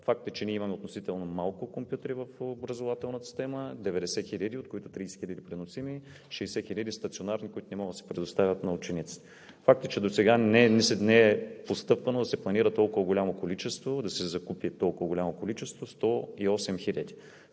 Факт е, че ние имаме относително малко компютри в образователната система – 90 хиляди, от които 30 хиляди преносими и 60 хиляди стационарни, които не могат да се предоставят на учениците. Факт е, че досега не е постъпвано да се планира толкова голямо количество, да се закупи толкова голямо количество – 108 хиляди.